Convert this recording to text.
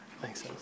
Thanks